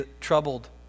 Troubled